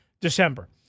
December